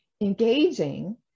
engaging